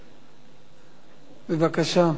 בבקשה,